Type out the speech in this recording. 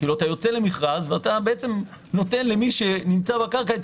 אתה יוצא למכרז ונותן למי שנמצא בקרקע את